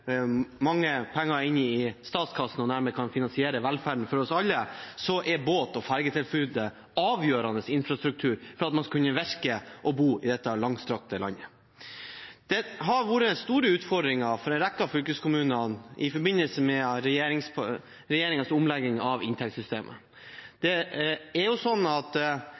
mange penger inn i statskassen og dermed kan finansiere velferden for oss alle – er båt- og ferjetilbudet avgjørende infrastruktur for at man skal kunne virke og bo i dette langstrakte landet. Det har vært store utfordringer for en rekke av fylkeskommunene i forbindelse med regjeringens omlegging av inntektssystemet.